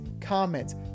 comments